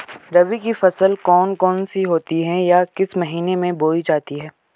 रबी की फसल कौन कौन सी होती हैं या किस महीने में बोई जाती हैं?